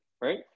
right